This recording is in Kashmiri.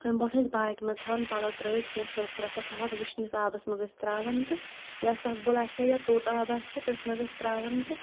امہِ برونٛٹھ ٲسۍ باٹہِ مَنٛز تھاوان پَلَو ترٲیِتھ کینٛہہ سٔرفہٕ رَژھَ تھاہَس وٕشنِس آبَس مَنٛز ٲسۍ تراوَن تہٕ یا سۄکھبُل آسہا یا توٚت آب آسہا تٔتۍ مَنٛز ٲسۍ تراوان تہٕ